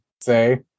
say